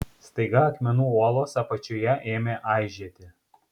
staiga akmenų uolos apačioje ėmė aižėti